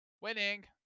winning